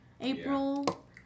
April